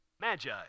Magi